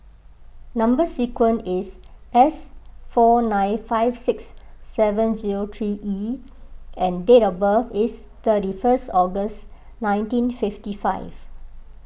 Number Sequence is S four nine five six seven zero three E and date of birth is thirty first August nineteen fifty five